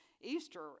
Easter